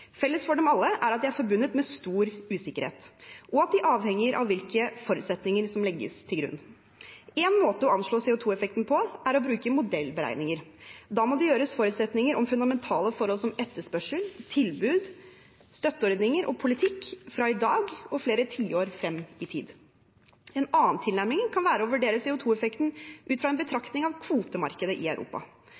Felles for dem alle er at de er forbundet med stor usikkerhet, og at de avhenger av hvilke forutsetninger som legges til grunn. Én måte å anslå CO 2 -effekten på er å bruke modellberegninger. Da må det gjøres forutsetninger om fundamentale forhold som etterspørsel, tilbud, støtteordninger og politikk fra i dag og flere tiår frem i tid. En annen tilnærming kan være å vurdere CO 2 -effekten ut fra en betraktning av kvotemarkedet i Europa.